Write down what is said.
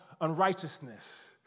unrighteousness